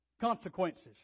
Consequences